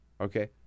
okay